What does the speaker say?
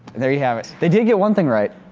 there you have it. they did get one thing right.